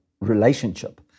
relationship